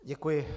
Děkuji.